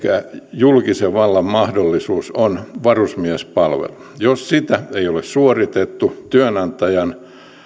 julkisen vallan mahdollisuus on varusmiespalvelu jos sitä ei ole suoritettu työnantajan arvio kyseisestä